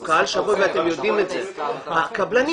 אנחנו קהל שבוי ואתם יודעים את זה.